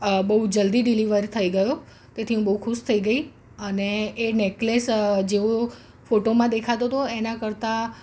અ બહુ જલદી ડિલિવર થઈ ગયો તેથી હું બહુ ખુશ થઈ ગઈ અને નેકલેસ જેવો ફોટોમાં દેખાતો હતો એના કરતાં